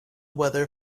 weather